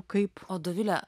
kaip o dovile